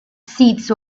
seats